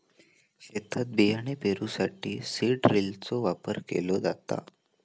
शेतात बियाणे पेरूसाठी सीड ड्रिलचो वापर केलो जाता